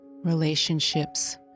Relationships